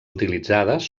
utilitzades